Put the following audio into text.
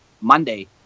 Monday